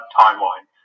timeline